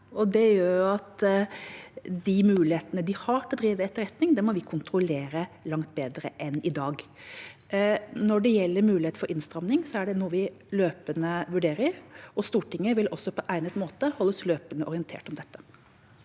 det gjør at de mulighetene de har til å drive etterretning, må vi kontrollere langt bedre enn i dag. Når det gjelder muligheten for innstramning, er det noe vi løpende vurderer, og Stortinget vil også på egnet måte holdes løpende orientert om dette.